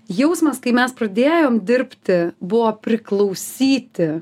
jausmas kai mes pradėjom dirbti buvo priklausyti